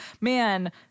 man